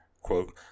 Quote